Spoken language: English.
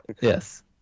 Yes